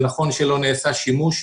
נכון שלא נעשה שימוש.